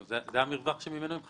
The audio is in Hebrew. -- זה המרווח שממנו הם חיים.